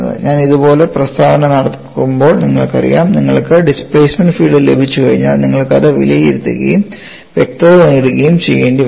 ഞാൻ ഇതുപോലൊരു പ്രസ്താവന നടത്തുമ്പോൾ നിങ്ങൾക്കറിയാം നിങ്ങൾക്ക് ഡിസ്പ്ലേമെൻറ് ഫീൽഡ് ലഭിച്ചുകഴിഞ്ഞാൽ നിങ്ങൾക്കത് വിലയിരുത്തുകയും വ്യക്തത നേടുകയും ചെയ്യേണ്ടിവരും